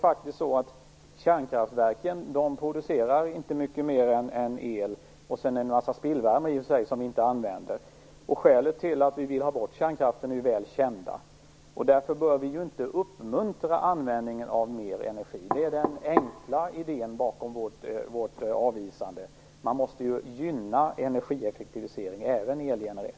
Faktum är dock att kärnkraftverken inte producerar mycket mer än el - och sedan i och för sig en massa spillvärme som vi inte använder. Skälen till att vi vill ha bort kärnkraften är ju väl kända. Därför bör vi inte uppmuntra användningen av mer energi. Det är den enkla idén bakom vårt avvisande. Man måste ju gynna energieffektivisering, även när det gäller el.